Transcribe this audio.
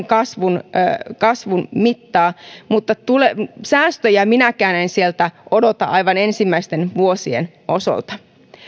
kasvun kasvun mittaa mutta säästöjä minäkään en sieltä odota aivan ensimmäisten vuosien osalta